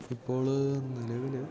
ഇപ്പോൾ നിലവിൽ